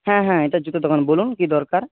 হ্যাঁ হ্যাঁ এটা জুতোর দোকান বলুন কী দরকার